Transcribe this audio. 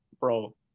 bro